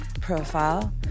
profile